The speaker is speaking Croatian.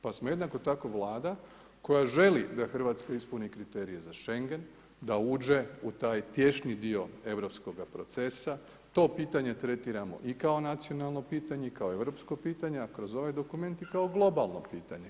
Pa smo jednako tako vlada koja želi da Hrvatska ispuni kriterije za Schengen, da uđe u taj tješni dio europskoga procesa, to pitanje tretiramo i kao nacionalno pitanje i kao europsko pitanje, a kroz ovaj dokument i kao globalno pitanje.